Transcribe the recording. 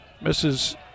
misses